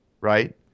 right